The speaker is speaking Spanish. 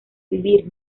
vivir